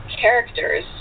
characters